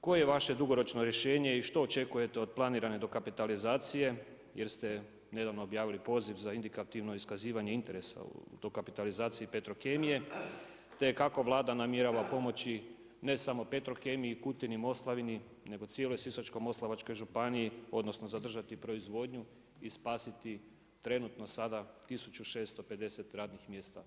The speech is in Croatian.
Koje je vaše dugoročno rješenje i što očekujete od planirane dokapitalizacije jer ste nedavno objavili poziv za indikativno iskazivanje interesa dokapitalizacije Petrokemije, te kako Vlada namjerava pomoći ne samo Petrokemiji, Kutini, Moslavini nego cijeloj Sisačko-moslavačkoj županiji odnosno zadržati proizvodnju i spasiti trenutno sada 1650 radnih mjesta